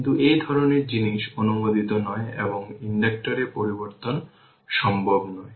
কিন্তু এই ধরনের জিনিস অনুমোদিত নয় এবং ইন্ডাক্টর এ পরিবর্তন সম্ভব নয়